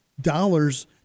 dollars